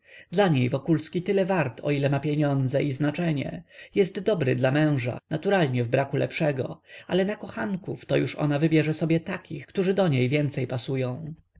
duszy dla niej wokulski tyle wart o ile ma pieniądze i znaczenie jest dobry na męża naturalnie w braku lepszego ale na kochanków to już ona wybierze sobie takich którzy do niej więcej pasują